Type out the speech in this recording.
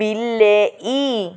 ବିଲେଇ